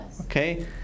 okay